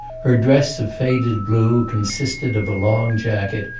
her dress of faded blue con sisted of a long jacket,